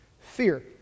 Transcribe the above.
Fear